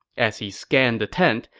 as he scanned the tent,